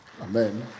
amen